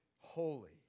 Holy